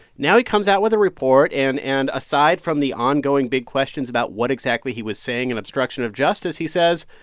now he comes out with a report. and and aside from the ongoing big questions about what exactly he was saying and obstruction of justice, he says,